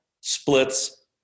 splits